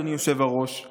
אדוני היושב-ראש,